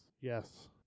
Yes